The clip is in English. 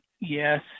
Yes